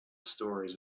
stories